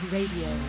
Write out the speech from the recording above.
Radio